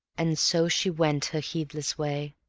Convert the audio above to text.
and so she went her heedless way,